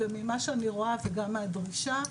וממה שאני רואה וגם הדרישה,